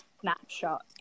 snapshot